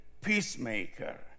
peacemaker